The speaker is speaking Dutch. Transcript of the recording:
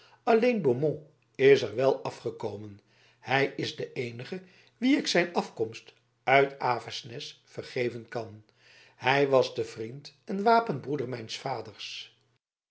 alleen beaumont is er wel afgekomen hij is de eenige wien ik zijn af komst uit avesnes vergeven kan hij was de vriend en wapenbroeder mijns vaders